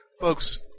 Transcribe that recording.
Folks